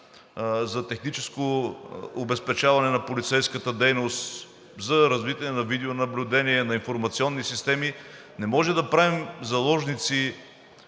за техническо обезпечаване на полицейската дейност, за развитие на видеонаблюдение, на информационни системи. Не можем да правим всички